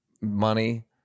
money